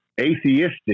atheistic